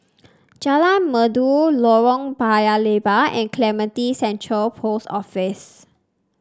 Jalan Merdu Lorong Paya Lebar and Clementi Central Post Office